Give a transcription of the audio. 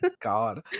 god